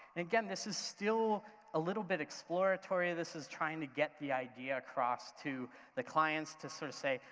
again, this is still a little bit exploratory, this is trying to get the idea across to the clients to sort of say,